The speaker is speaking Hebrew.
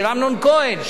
של אמנון כהן,